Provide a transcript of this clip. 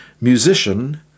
musician